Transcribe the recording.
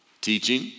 Teaching